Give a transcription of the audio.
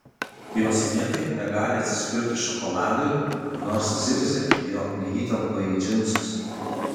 jos niekaip negali atsispirti šokoladui nors zirzia jog neįtelpa į džinus